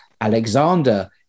Alexander